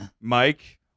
Mike